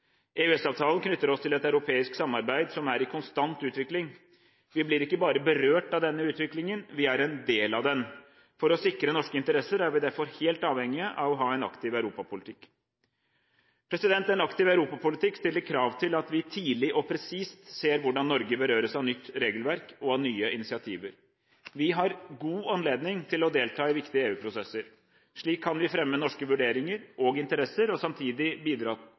EØS-avtalen knytter oss til et europeisk samarbeid som er i konstant utvikling. Vi blir ikke bare berørt av denne utviklingen; vi er en del av den. For å sikre norske interesser er vi derfor helt avhengig av å ha en aktiv europapolitikk. En aktiv europapolitikk stiller krav til at vi tidlig og presist ser hvordan Norge berøres av nytt regelverk og av nye initiativer. Vi har god anledning til å delta i viktige EU-prosesser. Slik kan vi fremme norske vurderinger og interesser og samtidig bidra